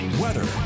weather